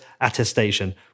attestation